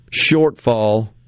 shortfall